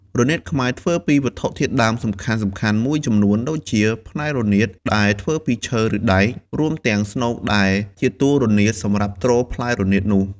រនាតខ្មែរធ្វើពីវត្ថុធាតុដើមសំខាន់ៗមួយចំនួនដូចជា ផ្លែរនាតដែលធ្វើពីឈើឬដែក រួមទាំងស្នូកដែលជាតួរនាតសម្រាប់ទ្រផ្លែរនាតនោះ។